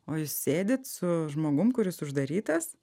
o jūs sėdit su žmogum kuris uždarytas